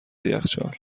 یخچال